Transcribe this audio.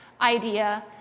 idea